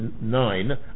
nine